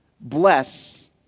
bless